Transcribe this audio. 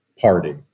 party